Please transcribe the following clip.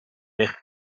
eich